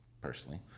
personally